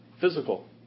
physical